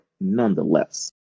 nonetheless